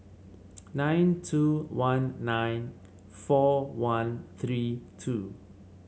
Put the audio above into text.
nine two one nine four one three two